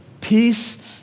peace